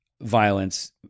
violence